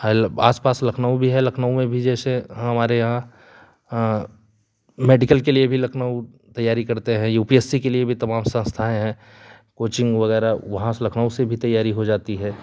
है आस पास लखनऊ भी है लखनऊ में भी जैसे हमारे यहाँ मेडिकल के लिए भी लखनऊ तैयारी करते हैं यू पी एस सी के लिए भी तमाम संस्थाएँ हैं कोचिंग वगैरह वहाँ से लखनऊ से भी तैयारी हो जाती है